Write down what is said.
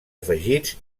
afegits